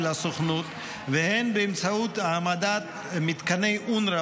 הסוכנות והן באמצעות העמדת מתקני אונר"א,